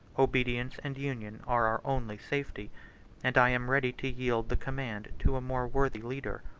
obedience and union are our only safety and i am ready to yield the command to a more worthy leader.